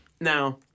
Now